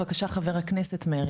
בבקשה ח"כ מרעי.